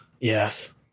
Yes